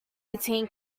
between